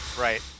Right